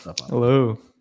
Hello